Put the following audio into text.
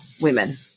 women